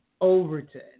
Overton